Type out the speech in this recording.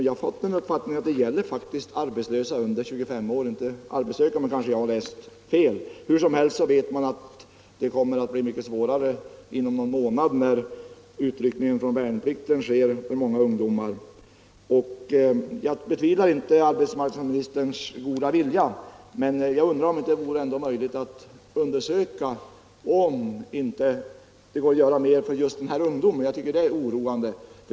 Jag har fått uppfattningen att uppgifterna gäller arbetslösa under 25 år, inte arbetssökande, men jag har kanske läst fel. Hur som helst vet man att det kommer att bli mycket svårare att få arbete inom någon månad, när många ungdomar rycker ut från värnplikten. Jag betvivlar inte arbetsmarknadsministerns goda vilja, men jag undrar om det ändå inte vore möjligt att undersöka om det går att göra mer för just ungdomen, vars situation är oroande.